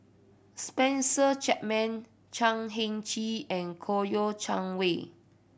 Spencer Chapman Chan Heng Chee and Koyo Chang Wei